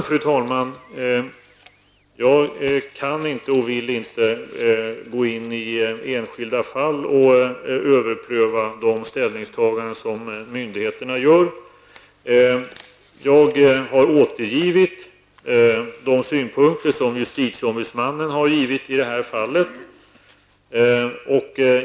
Fru talman! Jag kan inte och vill inte gå in på enskilda fall och överpröva de ställningstaganden som myndigheterna gjort. Jag har återgivit de synpunkter som justitieombudsmannen har givit i det här fallet.